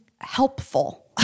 helpful